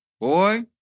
Boy